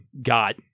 got